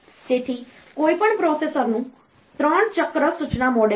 તેથી તે કોઈપણ પ્રોસેસરનું 3 ચક્ર સૂચના મોડેલ છે